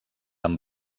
amb